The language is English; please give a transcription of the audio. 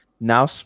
now